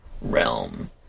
realm